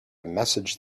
messaged